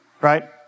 right